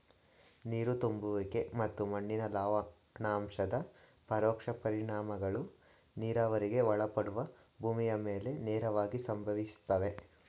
ನೀರು ತುಂಬುವಿಕೆ ಮತ್ತು ಮಣ್ಣಿನ ಲವಣಾಂಶದ ಪರೋಕ್ಷ ಪರಿಣಾಮಗಳು ನೀರಾವರಿಗೆ ಒಳಪಡುವ ಭೂಮಿಯ ಮೇಲೆ ನೇರವಾಗಿ ಸಂಭವಿಸ್ತವೆ